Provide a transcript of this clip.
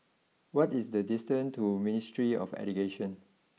what is the distance to Ministry of Education